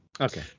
Okay